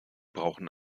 brauchen